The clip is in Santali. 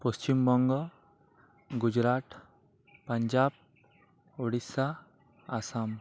ᱯᱚᱥᱪᱤᱢ ᱵᱚᱝᱜᱚ ᱜᱩᱡᱽᱨᱟᱴ ᱯᱟᱧᱡᱟᱵᱽ ᱩᱲᱤᱥᱥᱟ ᱟᱥᱟᱢ